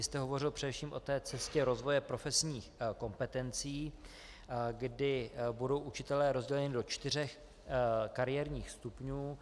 jste hovořil především o cestě rozvoje profesních kompetencí, kdy budou učitelé rozděleni do čtyř kariérních stupňů.